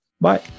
Bye